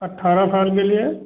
अठारह साल के लिए